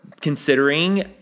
considering